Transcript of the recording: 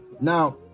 Now